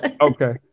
Okay